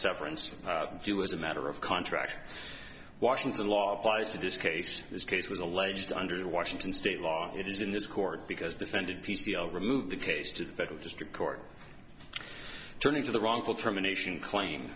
severance do as a matter of contract washington law applies to disc a since this case was alleged under washington state law it is in this court because defended p c l removed the case to the federal district court turning to the wrongful termination claim